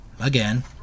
again